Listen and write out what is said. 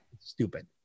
Stupid